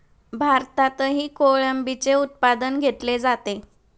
भारतातही कोळंबीचे उत्पादन घेतले जाते